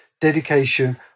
dedication